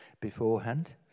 beforehand